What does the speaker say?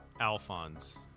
Alphonse